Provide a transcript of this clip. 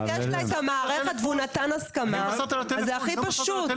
אם יש לה את המערכת והוא נתן הסכמה, זה הכי פשוט.